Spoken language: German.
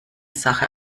sache